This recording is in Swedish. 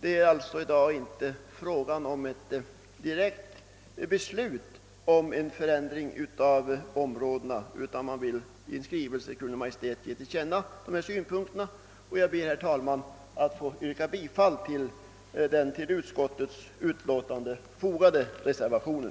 Det är alltså i dag inte fråga om att direkt besluta om en förändring av områdena, utan att i skrivelse till Kungl. Maj:t ge en sådan mening till känna. Jag ber, herr talman, att få yrka bifall till den vid denna punkt fogade reservationen.